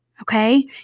okay